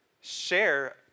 share